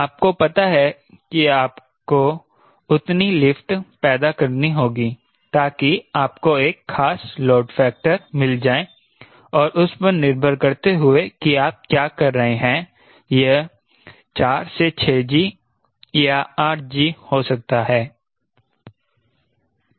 आपको पता है कि आपको उतनी लिफ्ट पैदा करनी होगी ताकि आपको एक ख़ास लोड फैक्टर मिल जाए और उस पर निर्भर करते हुए कि आप क्या कर रहे हैं यह 4 से 6g या 8g हो सकता है